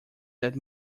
that